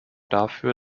dafür